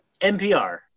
npr